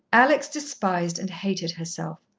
alex despised and hated herself.